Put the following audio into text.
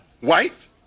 white